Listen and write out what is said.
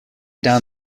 down